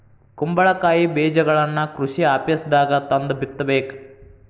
ಕುಂಬಳಕಾಯಿ ಬೇಜಗಳನ್ನಾ ಕೃಷಿ ಆಪೇಸ್ದಾಗ ತಂದ ಬಿತ್ತಬೇಕ